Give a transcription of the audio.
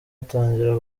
atangira